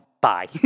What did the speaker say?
Bye